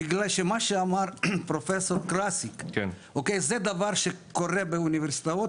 בגלל מה שאמר פרופסור קארסיק שזה דבר שקורה באוניברסיטאות,